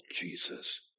Jesus